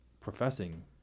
professing